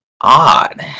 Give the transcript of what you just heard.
odd